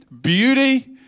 beauty